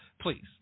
please